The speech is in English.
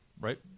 Right